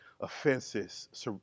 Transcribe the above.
Offenses